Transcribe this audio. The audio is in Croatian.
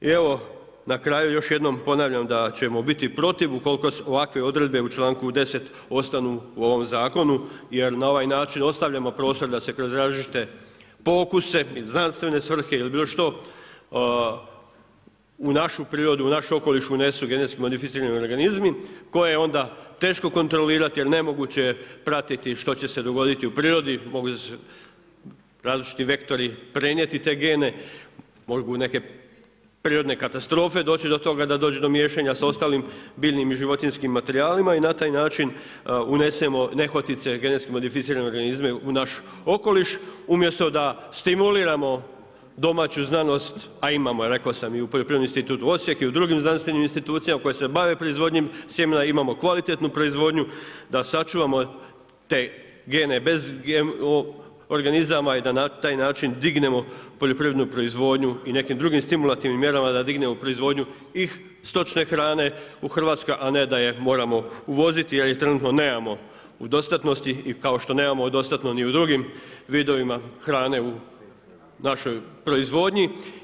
I evo na kraju još jednom ponavljam da ćemo biti protiv ukoliko ovakve odredbe u članku 10. ostanu u ovom zakonu jer na ovaj način ostavljamo prostor da se kroz različite pokuse ili znanstvene svrhe ili bilo što u našu prirodu, u naš okoliš unesu GMO-i koje je onda teško kontrolirati jer nemoguće je pratiti što će se dogoditi u prirodi, moguće će različiti vektori prenijeti te gene, mogu neke prirodne katastrofe doći do toga da dođe do miješanja s ostalim biljnim i životinjskim materijalima i na taj način unesenom nehotice GMO-e u naš okoliš umjesto da stimuliramo domaću znanost a imamo je rekao sam i u Poljoprivrednom institutu Osijek i u drugim znanstvenim institucijama koje se bave proizvodnjom sjemena, imamo kvalitetnu proizvodnju da sačuvamo te gene bez GMO organizama i da na taj način dignemo poljoprivrednu proizvodnju i nekim drugim stimulativnim mjerama, da dignemo proizvodnju i stočne hrane u Hrvatskoj a ne daj e moramo uvoziti jer je trenutno nemamo u dostatnosti kao što nemamo dostatno ni u drugim vidovima hrane u našoj proizvodnji.